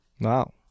Wow